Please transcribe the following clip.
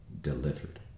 delivered